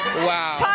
wow.